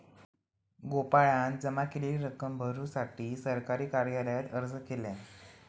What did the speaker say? गोपाळान जमा केलेली रक्कम भरुसाठी सरकारी कार्यालयात अर्ज केल्यान